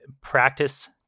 practice